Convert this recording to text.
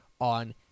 on